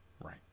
right